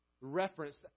Reference